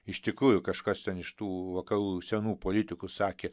iš tikrųjų kažkas ten iš tų vakarų senų politikų sakė